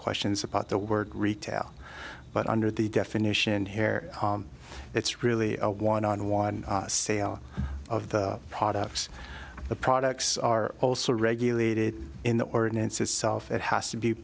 questions about the word retail but under the definition hair it's really a one on one sale of the products the products are also regulated in the ordinance is self it has to be